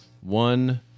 one